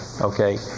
okay